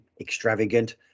extravagant